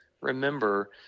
remember